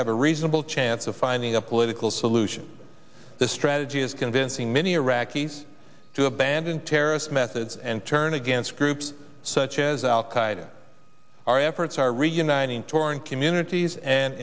have a reasonable chance of finding a political solution the strategy is convincing many iraqis to abandon terrorist methods and turn against groups such as al qaeda our efforts are reuniting torn communities and